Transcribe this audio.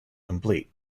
complete